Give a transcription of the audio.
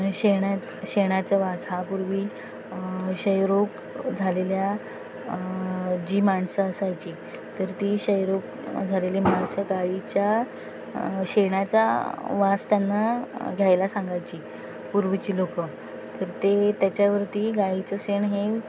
शेणा शेणाचा वास हा पूर्वी क्षयरोग झालेल्या जी माणसं असायची तर ती क्षयरोग झालेली माणसं गाईच्या शेणाचा वास त्यांना घ्यायला सांगायची पूर्वीचे लोक तर ते त्याच्यावरती गाईचं शेण हे